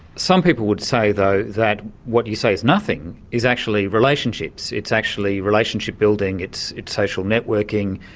some people would say though that what you say is nothing is actually relationships, it's actually relationship-building, it's it's social networking,